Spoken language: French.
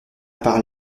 par